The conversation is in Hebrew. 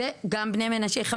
גם בני מנשה חמש עשרה שנה.